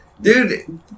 Dude